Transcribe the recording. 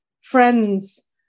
friends